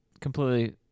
completely